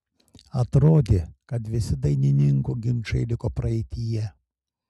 atrodė kad visi dainininkių ginčai liko praeityje